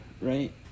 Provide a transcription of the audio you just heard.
Right